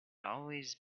always